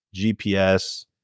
GPS